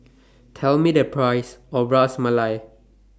Tell Me The Price of Ras Malai